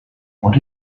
what